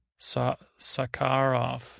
Sakharov